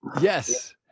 Yes